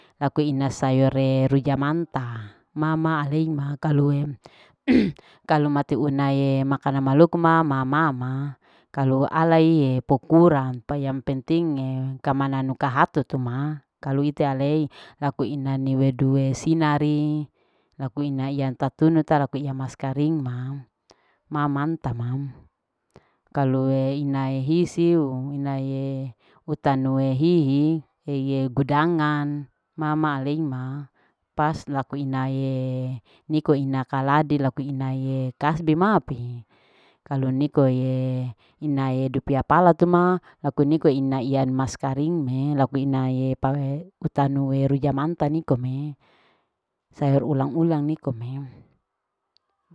Ite kalo alei ma kalo mateuna kamananu asmaloko ma laku ina dupia pala tu ina kasbi rabus. inae kaladi rabus ina kasbi rabus laku inaee sayoree ina utanuee hihi. utanuee ulang. ulang laku inaee ina ianue iyan tatunu ta laku iya iyanu mas karing kalu ite alei ma kalu mat nauna mape kaluee. kalu dupea pala tu ma mati une ya ma. mati une, mati sohayao. mati soa ya pea baru mati utana hutana talou baru mati tuma ya ha mati tuma ya pea ilokoa aku kalue inanu mama teua asiau mateua asia baru matie. mtie cucia barsi acicia barsih pea lakumatea rabusaa rabus pea laku mati dukeae dukea pea baru mateua ma pikadu haa kasbi siu na mama mateu asiao mateu asia pea mati ku pahapea baru matie kukusaamti kukusa pea laku matie. matie tanu lako mati ama pikadue eu amaa lao laku inae ianue hihi ina iyanu tatunu ta ina iya mas karing